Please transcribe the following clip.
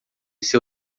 seu